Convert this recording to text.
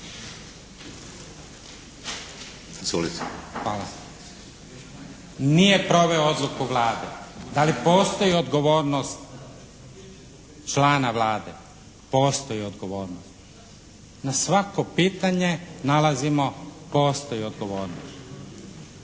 Nije proveo odluku Vlade. Da li postoji odgovornost člana Vlade? Postoji odgovornost. Na svako pitanje nalazimo, postoji odgovornost.